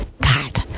god